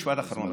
משפט אחרון,